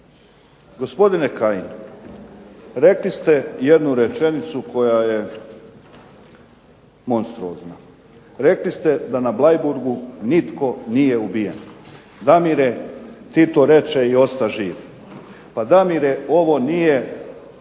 Gospodine Kajin, rekli ste jednu rečenicu koja je monstruozna, rekli ste da na Bleiburgu nitko nije ubijen, Damire ti to reče i osta živ. Damire ovo nije 47.